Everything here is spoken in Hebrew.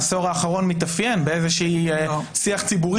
העשור האחרון מתאפיין באיזה שהוא שיח ציבורי